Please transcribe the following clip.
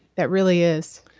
that really is